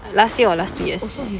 last year or last two years